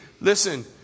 listen